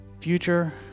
future